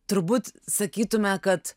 turbūt sakytume kad